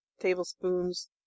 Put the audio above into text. tablespoons